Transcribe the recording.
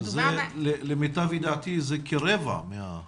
שלמיטב ידיעתי זה כרבע מכלל